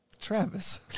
Travis